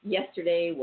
Yesterday